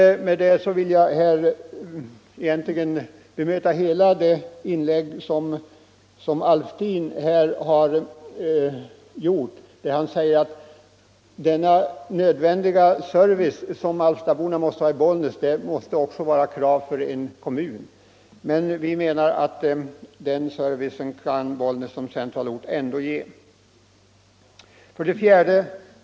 Med detta har jag egentligen bemött herr Alftins inlägg, där han talar om att den nödvändiga service som alftaborna har i Bollnäs måste krävas av en gemensam kommun. Vi menar att den servicen kan Bollnäs som centralort ändå ge, om Alfta tillhörde Ovanåker. 4.